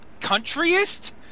Countryist